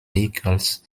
vehicles